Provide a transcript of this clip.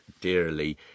dearly